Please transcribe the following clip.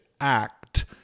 act